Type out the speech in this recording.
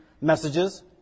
messages